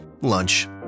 Lunch